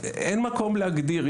אין מקום להגדיר,